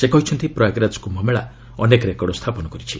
ସେ କହିଛନ୍ତି ପ୍ରୟାଗରାଜ କ୍ୟୁମେଳା ଅନେକ ରେକର୍ଡ଼ ସ୍ଥାପନ କରିଛି